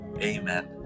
Amen